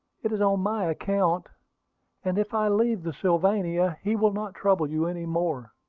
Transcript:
it is on my account and if i leave the sylvania, he will not trouble you any more,